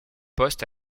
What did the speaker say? postes